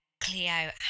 Cleo